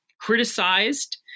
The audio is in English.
criticized